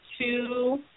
two